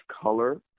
color